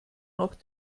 noch